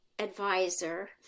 advisor